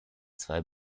zwei